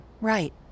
Right